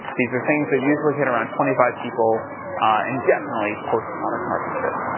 these are things that usually hit around twenty five people and definitely post product-market fit.